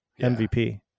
MVP